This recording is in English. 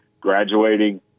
graduating